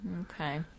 Okay